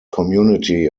community